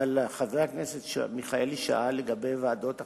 אבל חבר הכנסת מיכאלי שאל לגבי ועדות אחרות.